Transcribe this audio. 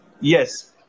Yes